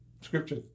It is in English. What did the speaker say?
Scripture